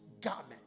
garment